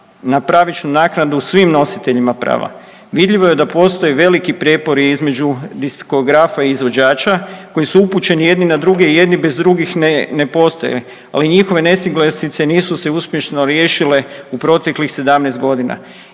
na pravičnu naknadu svim nositeljima prava. Vidljivo je da postoje veliki prijepori između diskografa i izvođača koji su upućeni jedni na druge i jedni bez drugih ne postoje. Ali njihove nesuglasice nisu se uspješno riješile u proteklih 17 godina